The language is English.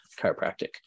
chiropractic